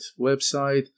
website